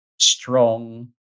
strong